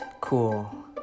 Cool